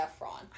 Efron